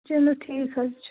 چلو ٹھیٖک حظ چھُ